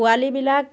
পোৱালিবিলাক